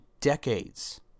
decades